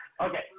Okay